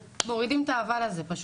מורידים את ה'אבל' הזה פשוט.